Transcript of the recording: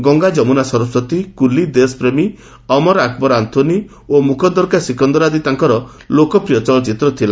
ଗଙ୍ଗା ଯମୁନା ସରସ୍ୱତୀ କୁଲି ଦେଶ୍ପ୍ରେମୀ ଅମର ଆକବର ଆନ୍ନୋନୀ ଏବଂ ମୁକ୍କଦର କା ସିକନ୍ଦର ଆଦି ତାଙ୍କର ଲୋକପ୍ରିୟ ଚଳଚିତ୍ର ଥିଲା